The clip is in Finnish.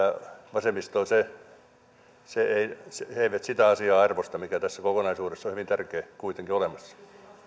vasemmisto ei sitä asiaa arvosta mikä tässä kokonaisuudessa on kuitenkin hyvin tärkeä olemassa